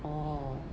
orh